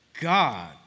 God